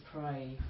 pray